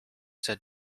said